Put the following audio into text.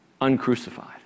uncrucified